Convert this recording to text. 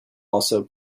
also